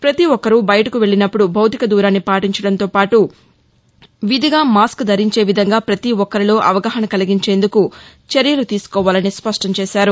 ప్రపతి ఒక్కరూ బయిటకు వెళ్ళి నపుడు భౌతిక దూరాన్ని పాటించడంతో పాటు విధిగా మాస్క్ ధరించే విధంగా ప్రతి ఒక్కరిలో అవగాహన కలిగించేందుకు చర్యలు తీసుకోవాలని స్పష్టం చేశారు